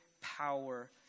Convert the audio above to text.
power